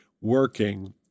working